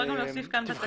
אפשר גם להוסיף כאן בתקנות.